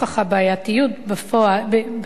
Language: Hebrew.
בשימוש בטכנולוגיות,